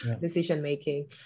decision-making